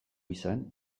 izan